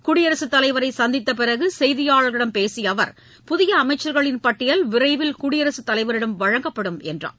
குடியரசு தலைவரை சந்தித்தப் பிறகு செய்தியாளர்களிடம் பேசிய அவர் புதிய அமைச்சர்களின் பட்டியல் விரைவில் குடியரசு தலைவரிடம் வழங்கப்படும் என்றார்